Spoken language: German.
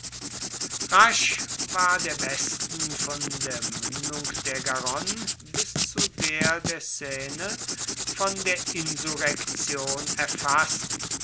rasch war der westen von der mündung der garonne bis zu der der seine von der insurrektion erfaßt